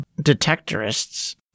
detectorists